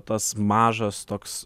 tas mažas toks